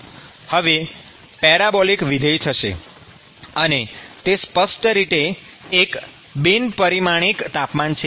હવે પેરાબોલિક વિધેય થશે અને તે સ્પષ્ટ રીતે એક બિન પરિમાણિક તાપમાન છે